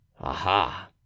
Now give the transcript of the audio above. Aha